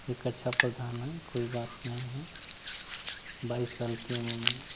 एक अच्छा प्रधान हैं कोई बात नहीं है बाईस साल की उम्र में